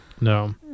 No